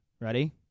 Ready